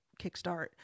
kickstart